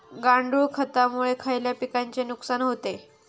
गांडूळ खतामुळे खयल्या पिकांचे नुकसान होते?